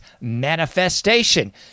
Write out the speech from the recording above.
manifestation